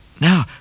Now